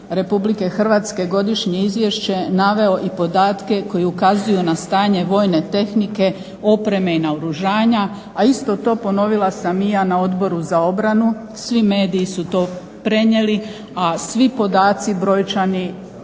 Republike Hrvatske godišnje izvješće naveo i podatke koji ukazuju na stanje vojne tehnike, opreme i naoružanja, a isto to ponovila sam i ja na Odboru za obranu. Svi mediji su to prenijeli, a svi podaci brojčani